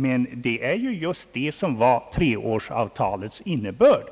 Men det är ju just det som var treårsavtalets innebörd.